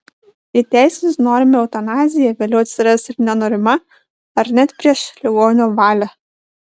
įteisinus norimą eutanaziją vėliau atsiras ir nenorima ar net prieš ligonio valią